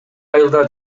айылда